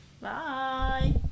bye